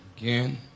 again